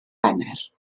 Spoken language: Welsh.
wener